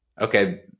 okay